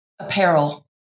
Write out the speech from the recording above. apparel